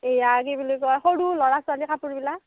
এইয়া কি বুলি কয় সৰু ল'ৰা ছোৱালীৰ কাপোৰবিলাক